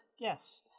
Yes